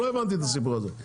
לא הבנתי את הסיפור הזה.